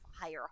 higher